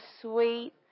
sweet